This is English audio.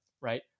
right